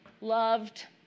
loved